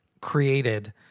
created